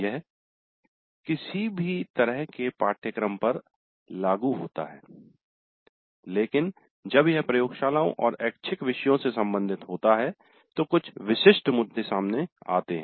यह किसी भी तरह के पाठ्यक्रम पर लागू होता है लेकिन जब यह प्रयोगशालाओं और ऐच्छिक विषयों से संबंधित होता है तो कुछ विशिष्ट मुद्दे सामने आते हैं